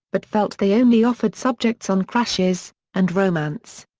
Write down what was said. but felt they only offered subjects on crushes and romance.